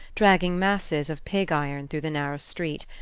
dragging masses of pig-iron through the narrow street,